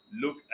look